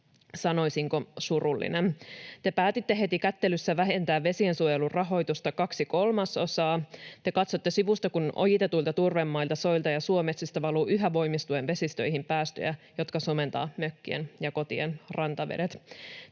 sanoisinko, surullinen. Te päätitte heti kättelyssä vähentää vesiensuojelun rahoitusta kaksi kolmasosaa. Te katsotte sivusta, kun ojitetuilta turvemailta, soilta ja suometsistä valuu yhä voimistuen vesistöihin päästöjä, jotka samentavat mökkien ja kotien rantavedet.